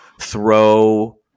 throw